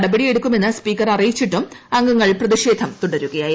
നടപടിയെടുക്കുമെന്ന് സ്പീക്കർ അറിയിച്ചിട്ടും അംഗങ്ങൾ പ്രതിഷേധം തുടരുകയായിരുന്നു